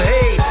Hey